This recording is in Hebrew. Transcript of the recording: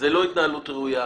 זו לא התנהלות ראויה.